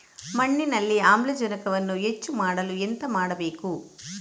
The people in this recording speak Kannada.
ಮಣ್ಣಿನಲ್ಲಿ ಆಮ್ಲಜನಕವನ್ನು ಹೆಚ್ಚು ಮಾಡಲು ಎಂತ ಮಾಡಬೇಕು?